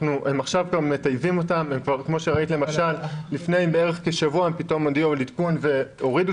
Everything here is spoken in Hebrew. עכשיו הם מטייבים אותם וכמו שראיתם לפני כשבוע הם הודיעו על עדכון והורידו